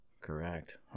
Correct